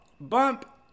Bump